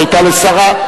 שהיתה לשרה,